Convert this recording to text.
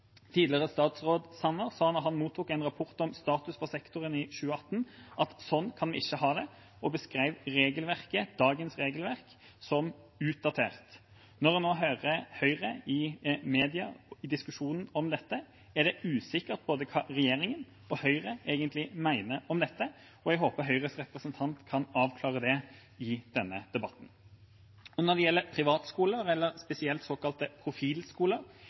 Tidligere statsråd Sanner sa da han mottok en rapport om status for sektoren i 2018, at sånn kan vi ikke ha det, og beskrev dagens regelverk som utdatert. Når vi nå hører Høyre i media i diskusjonen om dette, er det usikkert hva både regjeringa og Høyre egentlig mener om dette, og jeg håper Høyres representant kan avklare det i denne debatten. Når det gjelder privatskoler, spesielt såkalte profilskoler,